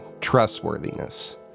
trustworthiness